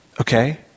okay